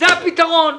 זה הפתרון.